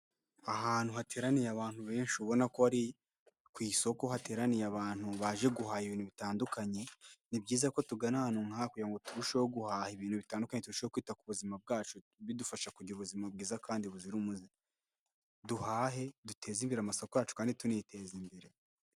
Ahantu hateraniye abantu benshi ubona ko ari ku isoko hateraniye abantu baje guhaha ibintu bitandukanye, ni byiza ko tugana ahantu nkaha kugira ngo turusheho guhaha ibintu bitandukanye, turushaho kwita ku buzima bwacu, bidufasha kugira ubuzima bwiza kandi buzira umuze, duhahe duteze imbere amasosako yacu kandi tuniteze imbere.